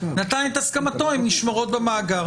נתן את הסכמתו הן נשמרות במאגר.